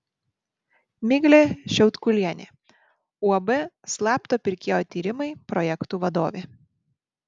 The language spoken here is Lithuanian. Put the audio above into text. miglė šiautkulienė uab slapto pirkėjo tyrimai projektų vadovė